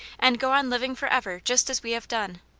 and go on living for ever, just as we have done.